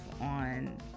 on